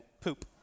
poop